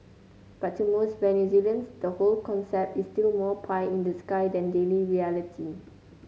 but to most Venezuelans the whole concept is still more pie in the sky than daily reality